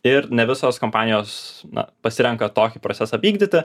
ir ne visos kompanijos na pasirenka tokį procesą vykdyti